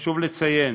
חשוב לציין